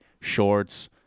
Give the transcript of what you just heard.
shorts